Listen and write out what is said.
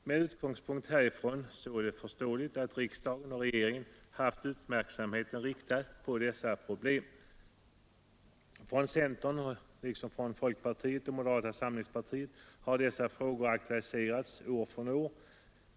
Med utgångspunkt härifrån är det förståeligt att riksdagen och regeringen haft uppmärksamheten riktad på dessa problem. Från centern liksom från folkpartiet och moderata samlingspartiet har dessa frågor aktualiserats år från år.